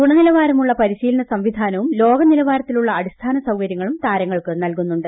ഗുണനിലവാരമുള്ള പരിശീലന സംവിധാനവും ലോകനിലവാരത്തിലുളള അടിസ്ഥാന സൌകര്യങ്ങളും താരങ്ങൾക്ക് നൽകുന്നുണ്ട്